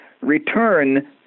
return